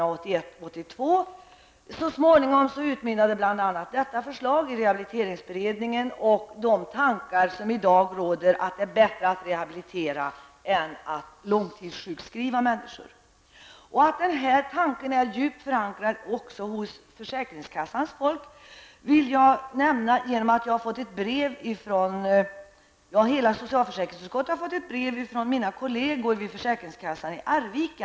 Vårt förslag utmynnade så småningom i tillsättandet av en rehabiliteringsberedning och konstaterandet att det är bättre att rehabilitera människor än att långtidssjukskriva dem. Att sådana tankar också är djupt förankrade hos försäkringskassans folk kan jag slå fast genom innehållet i det brev som socialförsäkringsutskottets ledamöter har fått från mina kolleger vid försäkringskassan i Arvika.